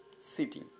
city